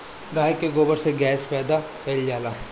गाय के गोबर से गैस पैदा कइल जाला